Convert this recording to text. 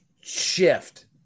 shift